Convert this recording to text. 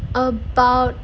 about